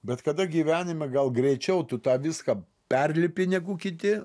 bet kada gyvenime gal greičiau tu tą viską perlipi negu kiti